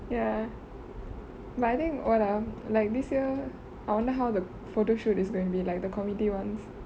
ya but I think oh ya like this year I wonder how the photo shoot is going to be like the committee ones